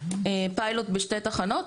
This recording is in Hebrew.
פיילוט בשתי תחנות.